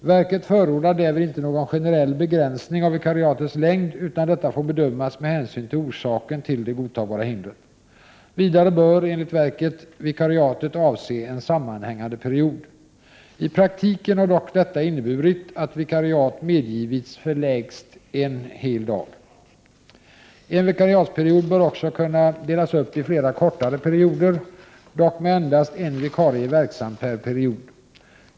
Verket förordar därvid inte någon generell begränsning av vikariatets längd, utan detta får bedömas med hänsyn till orsaken till det godtagbara hindret. Vidare bör, enligt verket, vikariatet avse en sammanhängande period. I praktiken har dock detta inneburit att vikariat medgivits för lägst en hel dag. En vikariatsperiod bör också kunna delas upp i flera 53 kortare perioder, dock med endast en vikarie verksam per period.